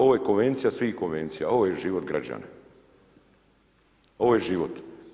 Ovo je konvencija svih konvencija, ovo je život građana, ovo je život.